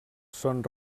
són